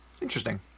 interesting